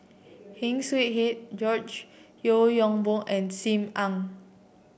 Heng Swee Heat George Yeo Yong Boon and Sim Ann